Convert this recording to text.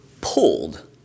pulled